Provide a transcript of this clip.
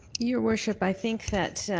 your worship, i think that